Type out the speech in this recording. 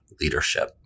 leadership